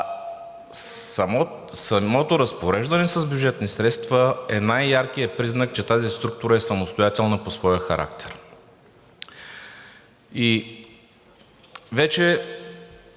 самото разпореждане с бюджетни средства е най-яркият признак, че тази структура е самостоятелна по своя характер. Вече